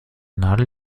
nadel